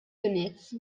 units